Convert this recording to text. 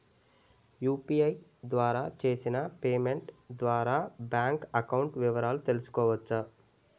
UPI ద్వారా చేసిన payment ద్వారా బ్యాంక్ అకౌంట్ వివరాలు తెలుసుకోవచ్చ?